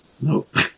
Nope